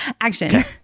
Action